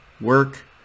work